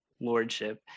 lordship